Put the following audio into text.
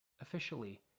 Officially